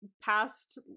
past